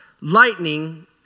lightning